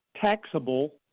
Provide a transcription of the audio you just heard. taxable